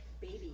baby